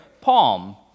palm